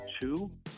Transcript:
two